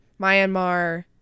Myanmar